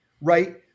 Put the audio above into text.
right